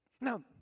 Now